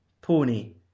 Pony